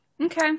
Okay